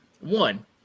One